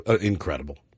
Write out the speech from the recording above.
incredible